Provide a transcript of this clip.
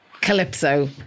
Calypso